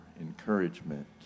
encouragement